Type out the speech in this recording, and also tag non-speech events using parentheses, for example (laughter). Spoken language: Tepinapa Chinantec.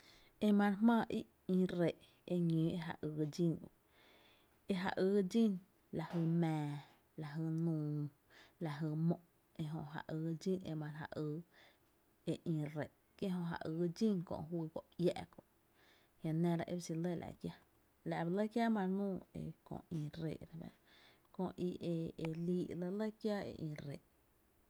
E ma re jmáá í’ ï ree’ e ñóo e ja ýy dxín, e ja ÿy dxín la jy mⱥⱥ, (noise) la jy nuu, la jy mó’ ejö ja yy dxín e ma re ja ýy e ï ree’, ki´w’ jö ja yy dxín juyy go iä’ kö’ a jia’ nⱥra e ba xin lɇ la’ kiaa, la’ ba lɇ kiáá e ma re nuu köö e ï ree’ re fáá’ra, köï ï e lii’ lɇ lɇ kiáá kö ï ree’.